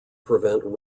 prevent